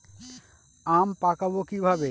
আম পাকাবো কিভাবে?